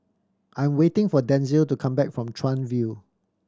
I am waiting for Denzil to come back from Chuan View